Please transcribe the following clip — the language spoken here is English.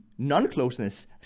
non-closeness